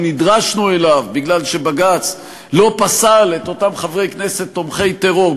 שנדרשנו לו כי בג"ץ לא פסל את אותם חברי כנסת תומכי טרור,